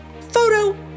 Photo